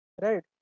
right